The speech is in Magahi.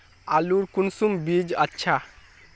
आलूर कुंसम बीज अच्छा?